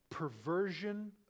perversion